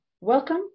welcome